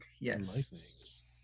Yes